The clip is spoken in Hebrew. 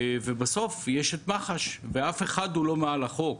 בסוף יש את מח"ש, ואף אחד לא מעל החוק,